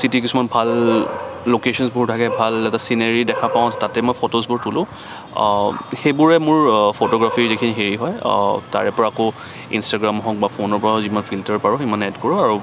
city কিছুমান ভাল ল'কেচনছবোৰ থাকে ভাল এটা চিনেৰি দেখা পাওঁ তাতে মই ফ'টছবোৰ তোলো সেইবোৰে মোৰ ফট'গ্ৰাফিৰ যিখিনি হেৰি হয় তাৰেপৰা আকৌ ইনষ্টাগ্ৰাম হওক বা ফোনৰ পৰা হওক যিমান ফিল্টাৰ পাৰো সিমান এড কৰোঁ আৰু